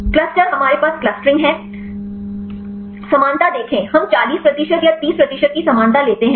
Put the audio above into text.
cluster हमारे पास clustering है समानता देखें हम 40 प्रतिशत या 30 प्रतिशत की समानता लेते हैं